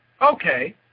Okay